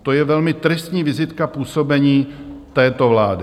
To je velmi tristní vizitka působení této vlády.